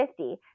50